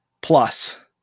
plus